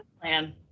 plan